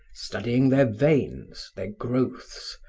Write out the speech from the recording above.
studying their veins, their growths,